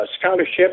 scholarship